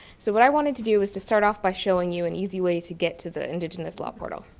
so what i wanted to do is to start off by showing you an easy way to get to the indigenous law portal.